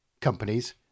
companies